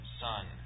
Son